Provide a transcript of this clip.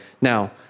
now